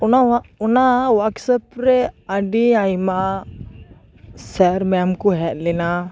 ᱚᱱᱟ ᱚᱱᱟ ᱳᱭᱟᱠᱥᱚᱯ ᱨᱮ ᱟᱹᱰᱤ ᱟᱭᱢᱟ ᱥᱮᱨ ᱢᱮᱢ ᱠᱚ ᱦᱮᱡ ᱞᱮᱱᱟ